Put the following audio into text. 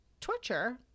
torture